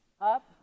Up